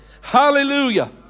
Hallelujah